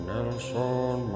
Nelson